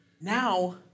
now